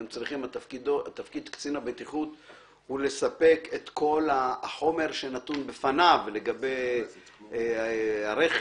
תפקיד קצין הבטיחות הוא לספק את כל החומר שנתון בפניו לגבי הרכב,